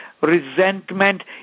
resentment